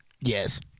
Yes